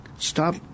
stop